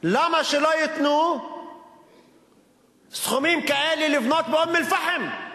למה שלא ייתנו סכומים כאלה כדי לבנות באום-אל-פחם?